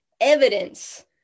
evidence